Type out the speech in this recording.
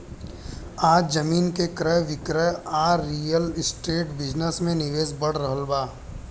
आज जमीन के क्रय विक्रय आ रियल एस्टेट बिजनेस में निवेश बढ़ रहल बा